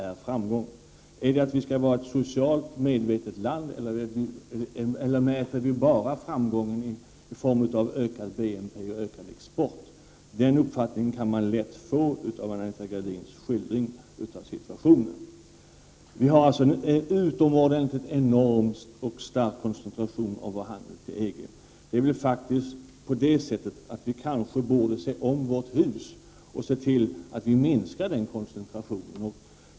Är det att Sverige skall vara ett socialt medvetet land? Eller mäter vi framgång i form av ökad BNP. och ökad export? Den uppfattningen kan man lätt få av Anita Gradins skildring av situationen. Vår handel har en enormt stark koncentration till EG. Vi kanske borde se om vårt hus och se till att minska den koncentrationen.